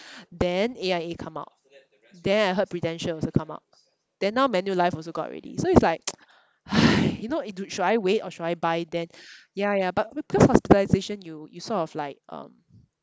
then A_I_A come out then I heard prudential also come out then now manulife also got already so it's like !hais! you know it should I wait or should I buy then yeah yeah but be~ because hospitalisation you you sort of like um